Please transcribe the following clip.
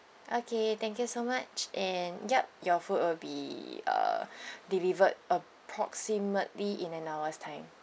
okay thank you so much and yup your food will be uh delivered approximately in an hour's time